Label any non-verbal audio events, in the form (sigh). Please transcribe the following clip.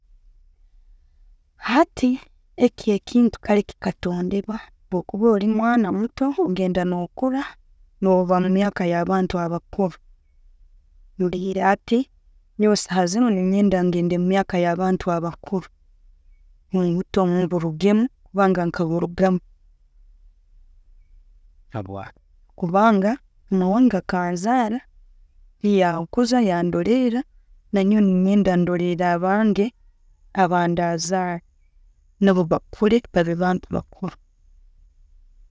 Hati ekyo ekintu kale chikatondebwa, bwokuba mwana muto, ogenda no kura no bara emyaka yabantu bakuru. Mbu hati nyowe nenyenda ngenda omuyaka yabantu abakuru, obuto mburugemu kubanga nkaburugamu (noise) kubanga mama wange akanzara, yankuza yandorela nanyowe nenyenda ndorele abange abandazara nabo bakure babe bantu bakuru.